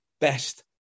best